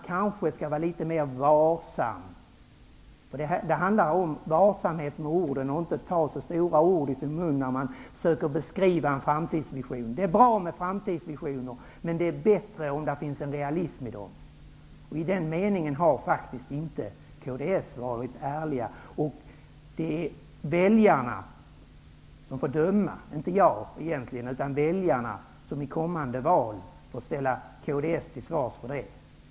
Kanske borde man försöka vara litet mer varsam med orden och inte ta så stora ord i sin mun när man försöker beskriva en framtidsvision. Det är bra med framtidsvisioner, men det är bättre om det finns en realism i dem. I den meningen har Kristdemokraterna faktiskt inte varit ärliga. Det är väljarna -- och egentligen inte jag -- som i kommande val får döma och ställa kds till svars för detta.